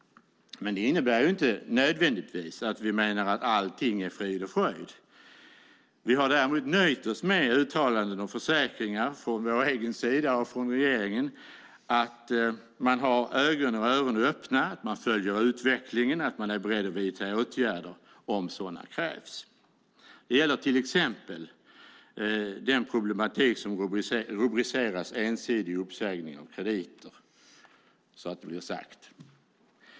Det innebär inte nödvändigtvis att vi menar att allting är frid och fröjd. Vi har däremot nöjt oss med uttalanden och försäkringar från vår egen och från regeringens sida om att man har ögon och öron öppna, att man följer utvecklingen och att man är beredd att vidta åtgärder om sådana krävs. Det gäller till exempel den problematik som rubriceras ensidig uppsägning av krediter.